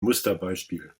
musterbeispiel